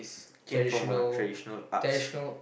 came from a traditional arts